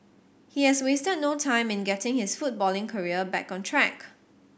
he has wasted no time in getting his footballing career back on track